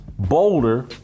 Boulder